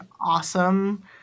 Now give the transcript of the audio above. awesome